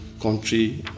country